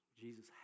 Jesus